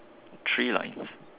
three lines